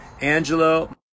Angelo